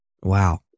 wow